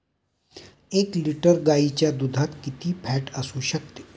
एक लिटर गाईच्या दुधात किती फॅट असू शकते?